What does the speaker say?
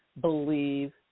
believe